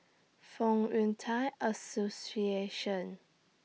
Fong Yun Thai Association